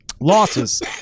losses